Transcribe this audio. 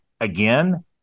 again